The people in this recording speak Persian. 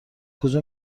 کجا